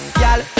Y'all